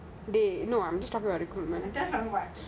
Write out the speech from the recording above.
you know I'm just talking about recruitment